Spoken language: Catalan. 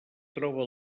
troba